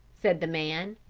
said the man.